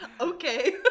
okay